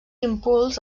impuls